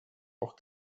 auch